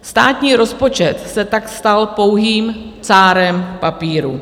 Státní rozpočet se tak stal pouhým cárem papíru.